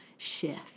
shift